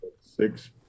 six